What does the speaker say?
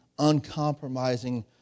uncompromising